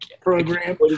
program